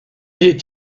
est